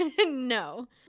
No